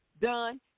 done